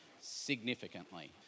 significantly